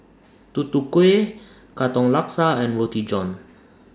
Tutu Kueh Katong Laksa and Roti John